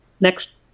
next